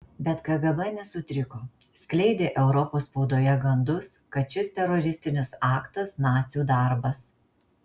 bet kgb nesutriko skleidė europos spaudoje gandus kad šis teroristinis aktas nacių darbas